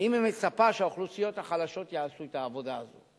אם היא מצפה שהאוכלוסיות החלשות יעשו את העבודה הזאת.